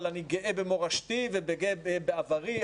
אני גאה במורשתי וגאה בעברי,